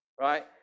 right